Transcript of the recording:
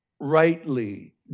Rightly